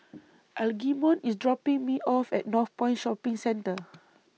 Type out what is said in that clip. Algernon IS dropping Me off At Northpoint Shopping Centre